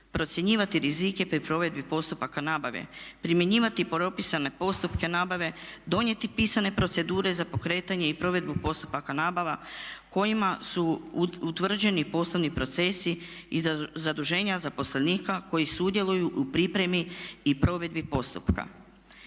Procjenjivati rizike pri provedbi postupaka nabave, primjenjivati propisane postupke nabave, donijeti pisane procedure za pokretanje i provedbu postupaka nabava kojima su utvrđeni poslovni procesi i da zaduženja zaposlenika koji sudjeluju u pripremi i provedbi postupka.